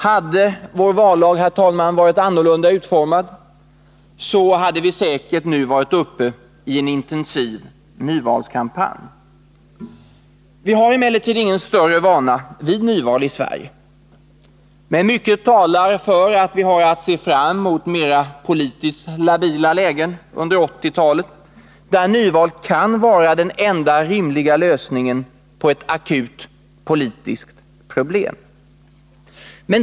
Hade vår vallag varit annorlunda utformad, skulle vi nu säkert ha varit uppe i en intensiv nyvalskampanj. Vi har ingen större vana vid nyval i Sverige. Mycket talar emellertid för att vi under 1980-talet har att se fram emot mer politiskt labila lägen, där nyval kan vara den enda rimliga lösningen på ett akut politiskt problem.